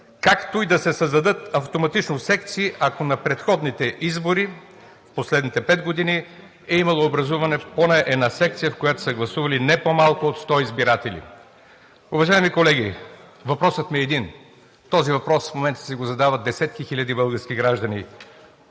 както и да се създадат автоматично секции, ако на предходните избори в последните пет години е имало образувана поне една секция, в която са гласували не по-малко от 100 избиратели. Уважаеми колеги, въпросът ми е един. Този въпрос в момента си го задават десетки хиляди български граждани: